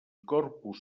corpus